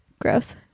Gross